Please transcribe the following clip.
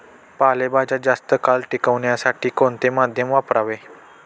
पालेभाज्या जास्त काळ टिकवण्यासाठी कोणते माध्यम वापरावे?